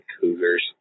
cougars